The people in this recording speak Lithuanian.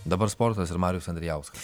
dabar sportas ir marius andrijauskas